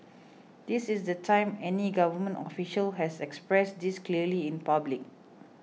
this is the time any government official has expressed this clearly in public